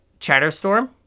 chatterstorm